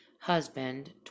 husband